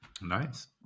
nice